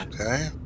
okay